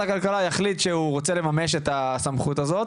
הכלכלה יחליט שהוא רוצה לממש את הסמכות הזאת?